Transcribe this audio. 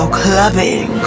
clubbing